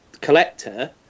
collector